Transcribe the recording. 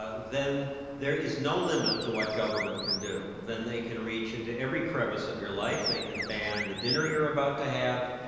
ah then there is no limit to what government can do. then they can reach into every crevice of your life. they can ban the dinner you're about to have.